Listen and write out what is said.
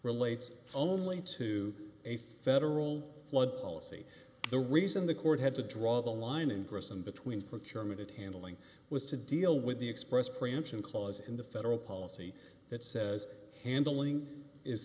relates only to a federal flood policy the reason the court had to draw the line in gross and between procurement and handling was to deal with the express prevention clause in the federal policy that says handling is